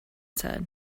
said